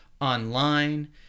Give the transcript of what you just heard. Online